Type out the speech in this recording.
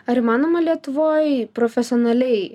ar įmanoma lietuvoj profesionaliai